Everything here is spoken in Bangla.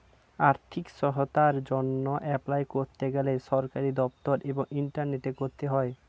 আর্থিক সহায়তার জন্যে এপলাই করতে গেলে সরকারি দপ্তর এবং ইন্টারনেটে করতে হয়